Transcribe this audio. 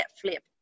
flip